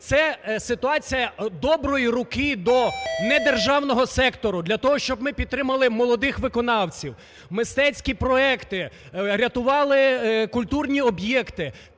Це ситуація доброї руки до недержавного сектору для того, щоб ми підтримали молодих виконавців, мистецькі проекти, рятували культурні об'єкти.